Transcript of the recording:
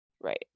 right